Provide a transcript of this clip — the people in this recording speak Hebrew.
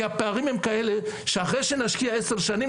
כי הפערים הם כאלה שאחרי שנשקיע 10 שנים,